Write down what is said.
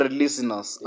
listeners